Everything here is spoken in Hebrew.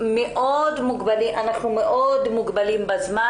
אנחנו מאוד מוגבלים בזמן.